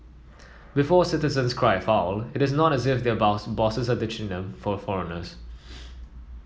before citizens cry foul it is not as if their boss bosses are ditching them for foreigners